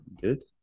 good